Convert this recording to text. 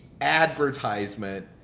advertisement